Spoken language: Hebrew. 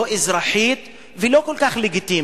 לא אזרחית, ולא כל כך לגיטימית.